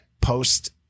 post